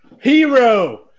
Hero